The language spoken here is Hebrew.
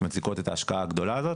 שמציגות את ההשקעה הגדולה הזאת.